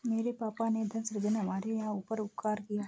मेरे पापा ने धन सृजन कर हमारे ऊपर उपकार किया है